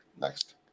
Next